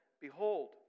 behold